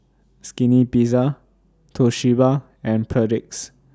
Skinny Pizza Toshiba and Perdix